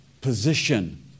position